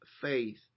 faith